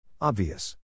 Obvious